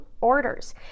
orders